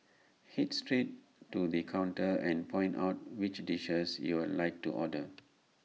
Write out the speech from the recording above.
Head straight to the counter and point out which dishes you'd like to order